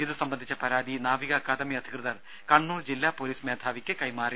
ഇതു സംബന്ധിച്ച പരാതി നാവിക അക്കാദമി അധികൃതർ കണ്ണൂർ ജില്ലാ പൊലീസ് മേധാവിക്ക് കൈമാറി